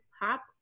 pop